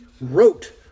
wrote